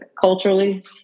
Culturally